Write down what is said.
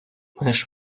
маєш